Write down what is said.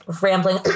rambling